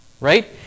Right